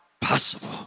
possible